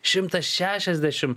šimtas šešiasdešimt